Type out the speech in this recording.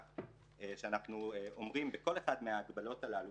ההצדקה שאנחנו אומרים בכל אחת מההגבלות הללו,